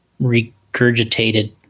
regurgitated